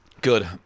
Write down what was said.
good